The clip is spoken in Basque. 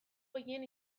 gehien